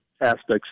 aspects